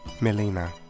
Melina